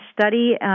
study